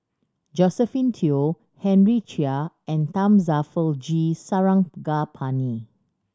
Josephine Teo Henry Chia and Thamizhavel G Sarangapani